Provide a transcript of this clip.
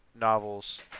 novels